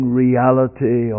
reality